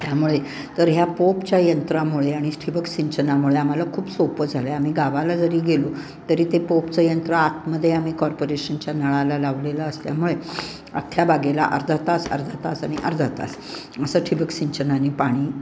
त्यामुळे तर ह्या पोपच्या यंत्रामुळे आणि ठिबक सिंचनामुळे आम्हाला खूप सोप्पं झालं आहे आम्ही गावाला जरी गेलो तरी ते पोपचं यंत्र आतमधे आम्ही कॉर्पोरेशनच्या नळाला लावलेलं असल्यामुळे अख्ख्या बागेला अर्धा तास अर्धा तास आणि अर्धा तास असं ठिबक सिंचनानी पाणी